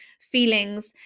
feelings